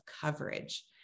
coverage